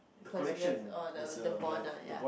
cause you guys orh the the bond ah ya